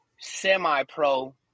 semi-pro